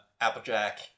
Applejack